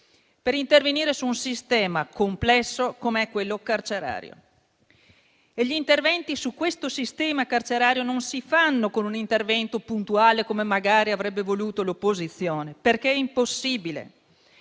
per intervenire su un sistema complesso come quello carcerario. Gli interventi sul sistema carcerario non si fanno con una norma puntuale, come magari avrebbe voluto l'opposizione, perché è impossibile.